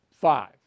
Five